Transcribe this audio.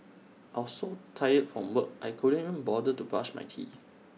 I was so tired from work I couldn't even bother to brush my teeth